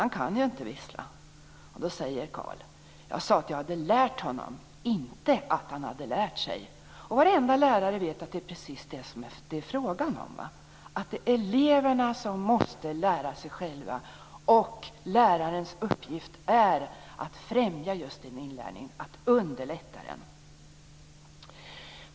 Han kan ju inte vissla. Då säger Carl: Jag sade att jag hade lärt honom, inte att han hade lärt sig. Och varenda lärare vet att det är precis detta som det är fråga om, att det är eleverna som måste lära sig själva, och att lärarens uppgift är att främja just en inlärning, att underlätta den.